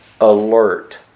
alert